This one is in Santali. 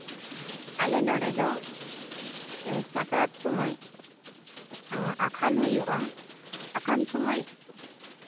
ᱟᱞᱮ ᱱᱚᱰᱮ ᱫᱚ ᱥᱟᱠᱨᱟᱛ ᱥᱚᱢᱚᱭ ᱟᱠᱷᱟᱱ ᱦᱩᱭᱩᱜᱼᱟ ᱟᱠᱷᱟᱱ ᱥᱚᱢᱚᱭ